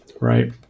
Right